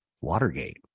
Watergate